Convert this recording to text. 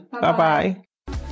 Bye-bye